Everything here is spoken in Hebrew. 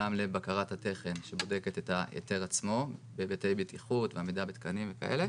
גם לבקרת התכן שבודקת את ההיתר עצמו והיתרי בטיחות ועמידה בתקנים וכולי,